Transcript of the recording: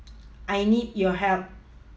I need your help